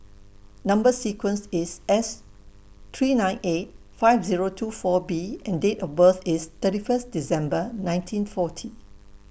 Number sequence IS S three nine eight five Zero two four B and Date of birth IS thirty First December nineteen forty